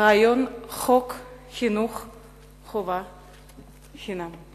רעיון חוק חינוך חובה חינם.